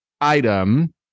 item